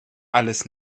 alles